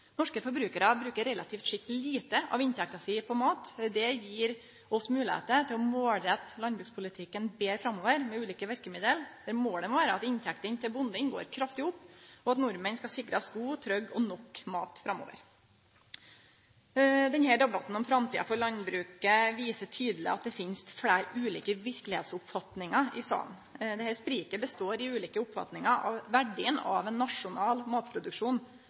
Norske forbrukarar bruker relativt sett lite av inntekta si på mat. Det gir oss moglegheiter til å målrette landbrukspolitikken betre framover med ulike verkemiddel, der målet må vere at inntektene til bonden går kraftig opp, og at nordmenn skal sikrast god, trygg og nok mat framover. Denne debatten om framtida for landbruket viser tydeleg at det finst fleire ulike verkelegheitsoppfatningar i salen. Dette spriket består i ulike oppfatningar av verdien av ein nasjonal matproduksjon.